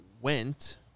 went